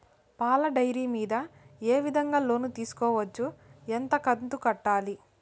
పాల డైరీ మీద ఏ విధంగా లోను తీసుకోవచ్చు? ఎంత కంతు కట్టాలి?